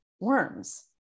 worms